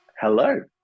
Hello